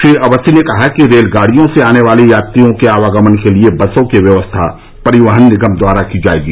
श्री अवस्थी ने कहा कि रेलगाड़ियों से आने वाले यात्रियों के आवागमन के लिए बसों की व्यवस्था परिवहन निगम द्वारा की जाएगी